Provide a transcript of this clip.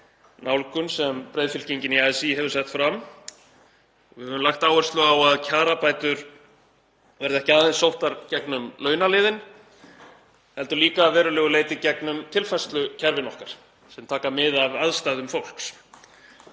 sem breiðfylkingin í ASÍ hefur sett fram og við höfum lagt áherslu á að kjarabætur verði ekki aðeins sóttar gegnum launaliðinn heldur líka að verulegu leyti gegnum tilfærslukerfin okkar sem taka mið af aðstæðum fólks.